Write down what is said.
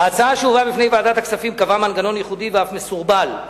ההצעה שהובאה בפני ועדת הכספים קבעה מנגנון ייחודי ואף מסורבל.